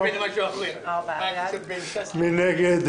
מי נגד?